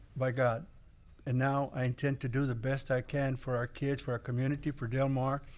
by god and now i intend to do the best i can for our kids, for our community, for del mar.